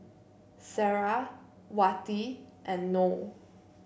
Sarah Wati and Noh